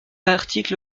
article